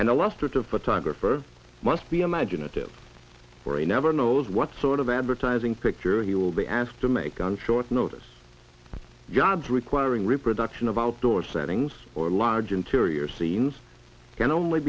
and the last of photographer must be imaginative or a never knows what sort of advertising picture he will be asked to make on short notice jobs requiring reproduction of outdoor settings or large interior scenes can only